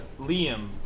Liam